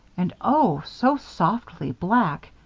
and oh, so softly black!